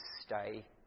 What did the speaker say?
stay